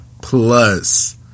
plus